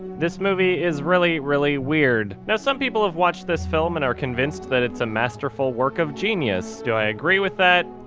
this movie is really, really weird. now some people have watched this film and are convinced that it's a masterful work of genius. do i agree with that?